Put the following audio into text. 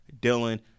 Dylan